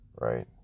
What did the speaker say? right